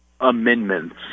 amendments